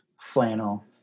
Flannel